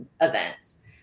events